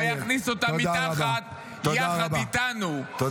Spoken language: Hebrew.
-- ויכניס אותם מתחת יחד איתנו -- תודה רבה.